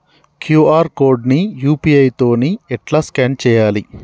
QR code ని UPI తోని ఎట్లా స్కాన్ చేయాలి?